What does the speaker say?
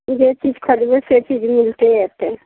जे चीज खोजबै से चीज मिलतै एतऽ